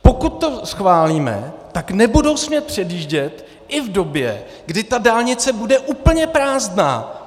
Pokud to schválíme, tak nebudou smět předjíždět i v době, kdy ta dálnice bude úplně prázdná.